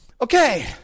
okay